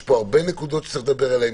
יש פה הרבה נקודות שיש לדבר עליהן.